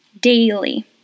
daily